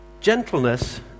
Gentleness